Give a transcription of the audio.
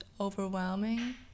overwhelming